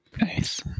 Nice